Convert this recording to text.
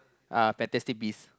uh fantastic beast